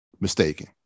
mistaken